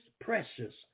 precious